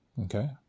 Okay